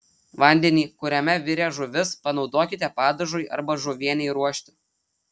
vandenį kuriame virė žuvis panaudokite padažui arba žuvienei ruošti